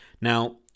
Now